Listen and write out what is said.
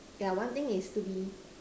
yeah one thing it's to be